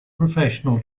professional